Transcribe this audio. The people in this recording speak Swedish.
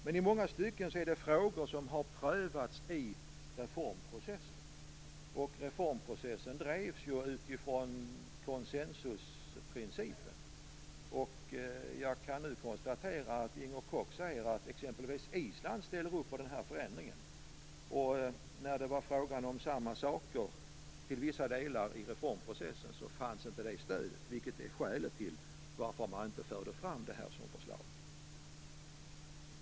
Men i många stycken handlar det om frågor som har prövats i reformprocessen, och reformprocessen bedrevs ju utifrån konsensusprincipen. Nu säger Inger Koch att exempelvis Island ställer upp på den här förändringen. Men när det till vissa delar var fråga om samma saker i reformprocessen, så fanns inte det stödet. Det är skälet till att man inte förde fram det här som förslag.